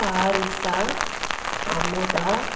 Parisa Amudha